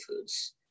Foods